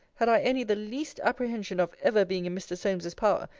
had i any the least apprehension of ever being in mr. solmes's power,